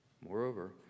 Moreover